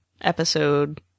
Episode